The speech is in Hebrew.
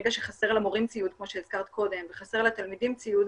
ברגע שחסר למורים ציוד כמוש הזכרת קודם וחסר לתלמידים ציוד,